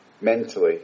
mentally